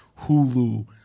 Hulu